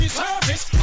service